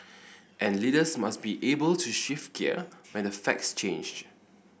and leaders must be able to shift gear when the facts change